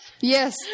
Yes